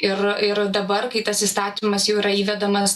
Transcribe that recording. ir ir dabar kai tas įstatymas jau yra įvedamas